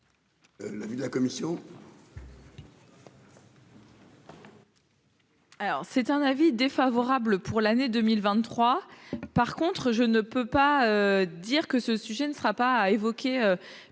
l'avis de la commission ?